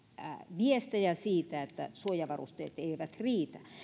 viestejä siitä että suojavarusteet eivät riitä